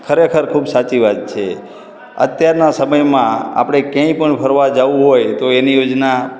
ખરેખર ખૂબ સાચી વાત છે અત્યારના સમયમાં આપણે ક્યાંય પણ ફરવા જવું હોય તો એની યોજના